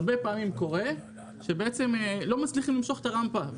הרבה פעמים קורה שלא מצליחים למשוך את הרמפה.